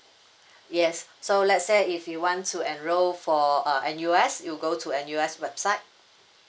yes so let's say if you want to enrol for uh N_U_S you go to N_U_S website